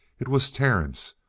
it was terence,